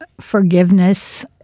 forgiveness